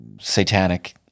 satanic –